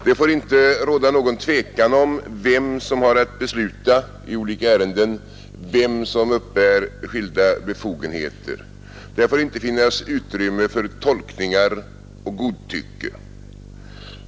Det får inte råda någon tvekan om vem som har att besluta i ärenden, vem som uppbär skilda befogenheter. Det får inte finnas utrymme för olika tolkningar och godtycke.